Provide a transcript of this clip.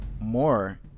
more